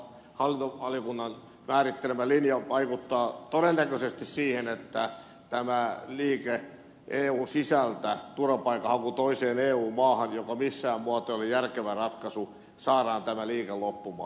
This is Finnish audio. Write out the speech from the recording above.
osaltaan hallintovaliokunnan määrittelemä linja vaikuttaa todennäköisesti siihen että tämä liike eun sisällä turvapaikanhaku toiseen eu maahan joka missään muotoa ei ole järkevä ratkaisu saadaan loppumaan